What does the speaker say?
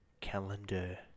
calendar